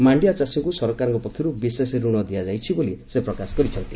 ମାଣିଆ ଚାଷୀଙ୍କୁ ସରକାରଙ୍କ ପଷରୁ ବିଶେଷ ଋଣ ଦିଆଯାଇଛି ବୋଲି ସେ ପ୍ରକାଶ କରିଛନ୍ତି